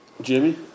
Jimmy